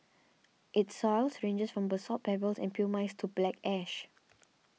its soils range from basalt pebbles and pumice to black ash